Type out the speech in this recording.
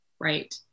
Right